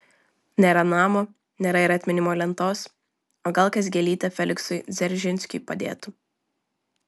nėra namo nėra ir atminimo lentos o gal kas gėlytę feliksui dzeržinskiui padėtų